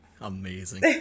Amazing